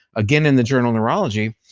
again in the journal neurology,